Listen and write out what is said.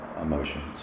emotions